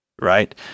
right